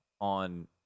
on